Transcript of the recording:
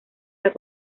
las